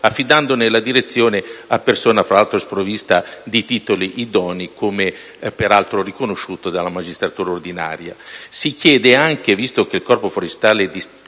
affidandone la direzione a persona fra l'altro sprovvista di titoli idonei, come peraltro riconosciuto dalla magistratura ordinaria. Si chiede anche, visto che il Corpo forestale